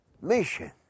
mission